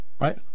Right